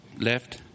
Left